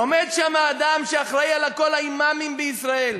עומד שם האדם שאחראי לכל האימאמים בישראל,